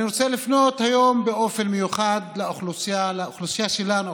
אני רוצה לפנות היום באופן מיוחד לאוכלוסייה שלנו,